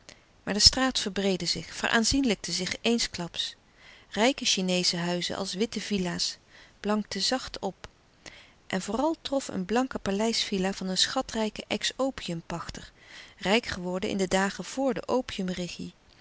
maar de straat verbreedde zich veraanzienlijkte zich eensklaps rijke chineesche huizen als witte villa's blankten zacht op en vooral trof een blanke paleisvilla van een schatrijken ex opiumpachter rijk geworden in de dagen vor de